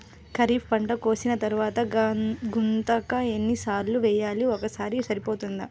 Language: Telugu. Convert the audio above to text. ఖరీఫ్ పంట కోసిన తరువాత గుంతక ఎన్ని సార్లు వేయాలి? ఒక్కసారి సరిపోతుందా?